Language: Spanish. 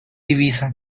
divisa